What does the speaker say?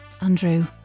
Andrew